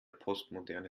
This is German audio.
postmoderne